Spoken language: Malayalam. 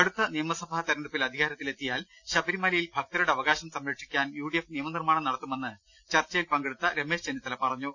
അടുത്ത നിയമസഭാ തെരഞ്ഞെടുപ്പിൽ അധികാരത്തിലെത്തിയാൽ ശബരിമലയിൽ ഭക്തരുടെ അവകാശം സ്ംരക്ഷിക്കാൻ യുഡിഎഫ് നിയമനിർമ്മാണം നടത്തുമെന്ന് ചർച്ചയിൽ പങ്കെടുത്ത രമേശ് ചെന്നി ത്തല പറഞ്ഞു